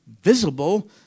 visible